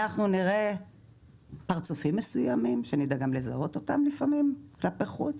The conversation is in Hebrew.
אנחנו נראה פרצופים מסוימים שנדע גם לזהות אותם לפעמים כלפי חוץ,